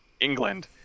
England